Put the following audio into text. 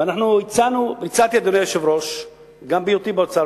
והצעתי היתה,